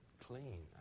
clean